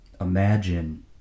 Imagine